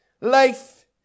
Life